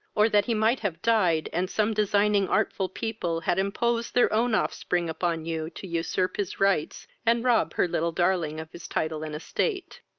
or that he might have died, and some designing artful people had imposed their own offspring upon you, to usurp his rights, and rob her little darling of his title and estate.